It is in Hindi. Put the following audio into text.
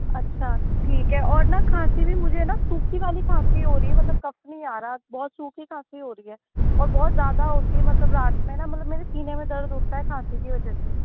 अच्छा ठीक है और न खाँसी भी मुझे है न सूखी वाली खाँसी हो रही है मतलब कफ नहीं आ रहा बहुत सूखी खाँसी हो रही है और बहुत ज़्यादा होती है मतलब रात में न मतलब मेरे सीने में दर्द उठता है खाँसी की वजह से